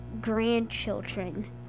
grandchildren